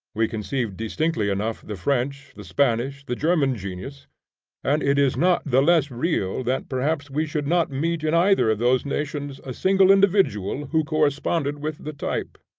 we conceive distinctly enough the french, the spanish, the german genius and it is not the less real that perhaps we should not meet in either of those nations a single individual who corresponded with the type.